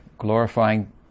glorifying